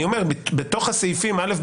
אני אומר שבתוך הסעיפים א',